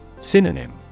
Synonym